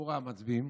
ציבור המצביעים?